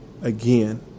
again